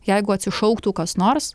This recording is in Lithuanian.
jeigu atsišauktų kas nors